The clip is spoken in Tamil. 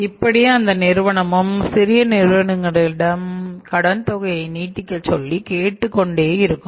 இப்படியே அந்த நிறுவனமும் சிறிய நிறுவனங்களிடம் கடன் தொகையை நீட்டிக்க சொல்லி கேட்டுக் கொண்டே இருக்கும்